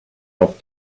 off